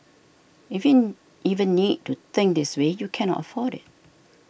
if you even need to think this way you cannot afford it